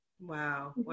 Wow